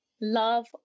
love